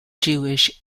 jewish